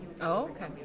Okay